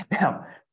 Now